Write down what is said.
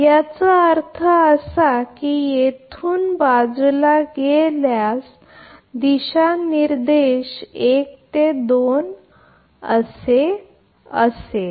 याचा अर्थ असा की येथून बाजूला घेतल्यास दिशानिर्देश ते 1 ते 2 दर्शवित आहे